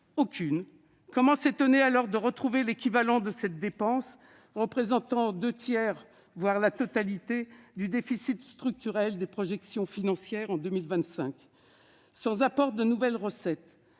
Aucune ! Comment s'étonner en ce cas de retrouver l'équivalent de cette dépense représentant deux tiers, voire la totalité du déficit structurel des projections financières en 2025 ? Sans apport de nouvelles recettes,